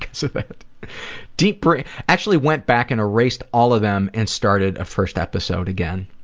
so deep brea actually went back, and erased all of them and started a first episode again.